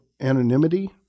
anonymity